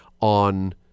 on